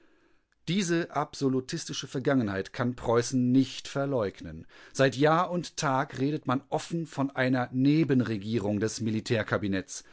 diese absolutistische vergangenheit kann preußen nicht verleugnen seit jahr und tag redet man offen von einer nebenregierung des